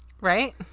Right